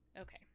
Okay